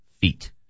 feet